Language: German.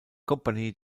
kompanie